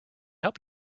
help